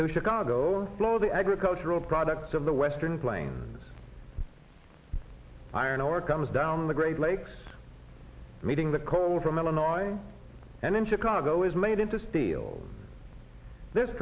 to chicago flow the agricultural products of the western plains iron ore comes down the great lakes meeting the coal from illinois and in chicago is made into steel this